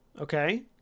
Okay